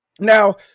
Now